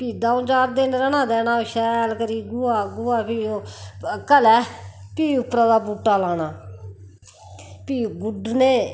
फ्ही दऊं चार दिन रैह्ना देना ओह् शैल करी गोआ गोआ फ्ही ओह् घलै फ्ही उप्परा दा बूह्टा लाना फ्ही गुड्डने